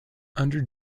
under